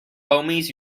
homies